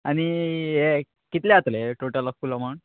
आनी हे कितले जातले टोटल हो फूल अमावंट